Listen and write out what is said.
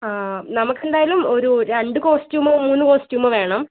ആ നമുക്കെന്തായാലും ഒരു രണ്ട് കോസ്റ്റ്യൂമോ മൂന്ന് കോസ്റ്റ്യൂമോ വേണം